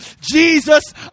Jesus